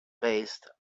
based